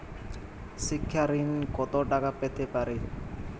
শিক্ষা ঋণ কত টাকা পেতে পারি?